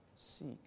Seek